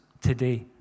today